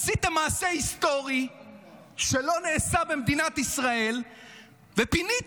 עשיתם מעשה היסטורי שלא נעשה במדינת ישראל ופיניתם